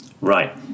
Right